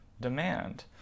demand